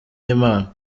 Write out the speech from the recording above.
y’imana